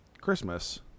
christmas